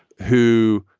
who,